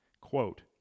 Quote